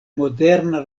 moderna